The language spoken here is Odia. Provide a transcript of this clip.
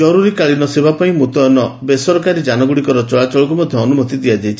ଜରୁରୀକାଳୀନ ସେବା ପାଇଁ ମୁତ୍ୟନ ବେସରକାରୀ ଯାନଗୁଡ଼ିକର ଚଳାଚଳକୁ ମଧ୍ୟ ଅନୁମତି ଦିଆଯାଇଛି